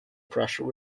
pressure